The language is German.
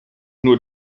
nur